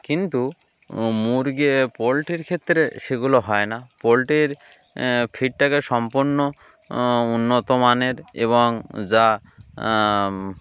কিন্তু মুরগি পোলট্রির ক্ষেত্রে সেগুলো হয় না পোলট্রির ফিডটাকে সম্পূর্ণ উন্নত মানের এবং যা